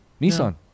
Nissan